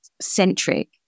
centric